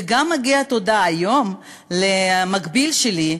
ומגיעה תודה היום גם למקביל שלי,